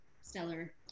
stellar